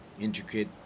intricate